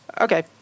Okay